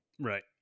Right